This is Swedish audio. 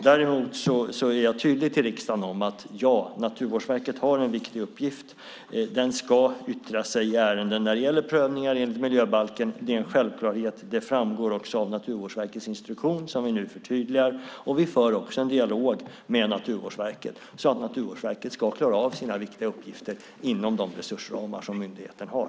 Däremot är jag tydlig i riksdagen: Ja, Naturvårdsverket har en viktig uppgift. De ska yttra sig i ärenden när det gäller prövningar enligt miljöbalken - det är en självklarhet. Det framgår också av Naturvårdsverkets instruktion, som vi nu förtydligar. Vi för också en dialog med Naturvårdsverket så att Naturvårdsverket ska klara av sina viktiga uppgifter inom de resursramar som myndigheten har.